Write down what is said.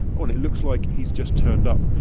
and it looks like he's just turned up.